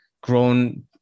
grown